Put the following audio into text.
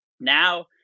now